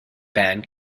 band